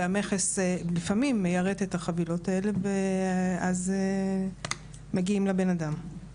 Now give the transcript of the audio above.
והמכס לפעמים מיירט את החבילות האלה ואז מגיעים לבן אדם.